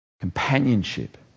companionship